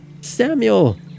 Samuel